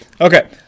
Okay